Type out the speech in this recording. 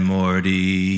Morty